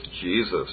Jesus